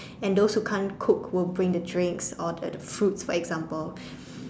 and those who can't cook will bring the drinks or the fruits for example